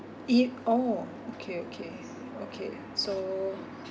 it oh okay okay okay so